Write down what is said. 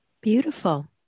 Beautiful